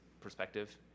perspective